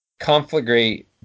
Conflagrate